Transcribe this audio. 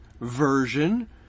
version